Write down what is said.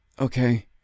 Okay